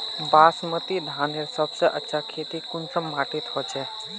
बासमती धानेर सबसे अच्छा खेती कुंसम माटी होचए?